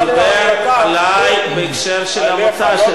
הוא דיבר עלי בהקשר של המוצא שלי.